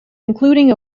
including